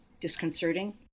disconcerting